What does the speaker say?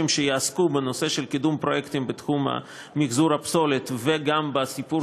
שיעסקו בנושא של קידום פרויקטים בתחום הפסולת וגם בסיפור